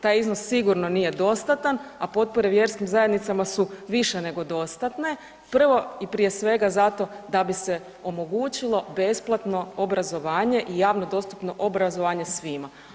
Taj iznos sigurno nije dostatan, a potpore vjerskim zajednicama su više nego dostatne, prvo i prije svega zato da bi se omogućilo besplatno obrazovanje i javno dostupno obrazovanje svima.